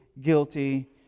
guilty